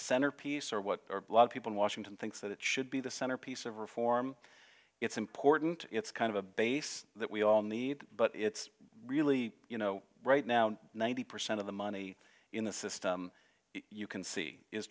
centerpiece or what a lot of people in washington think that it should be the centerpiece of reform it's important it's kind of a base that we all need but it's really you know right now ninety percent of the money in the system you can see is